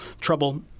Trouble